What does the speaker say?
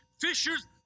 fishers